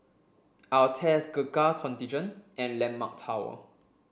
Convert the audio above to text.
Altez Gurkha Contingent and Landmark Tower